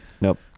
Nope